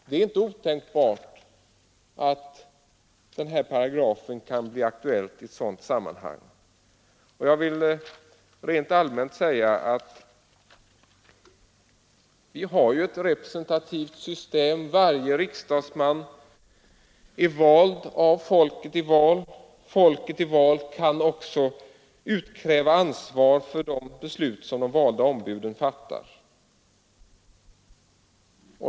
Det är inte otänkbart att den här paragrafen kan bli aktuell i ett sådant sammanhang. Vi har ett representativt system. Varje riksdagsman är vald av folket. Folket i val kan också utkräva ansvar för de beslut som de valda ombuden fattar.